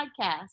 Podcast